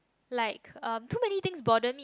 like um too many things bother me